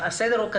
הסדר הוא זה: